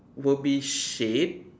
will be shade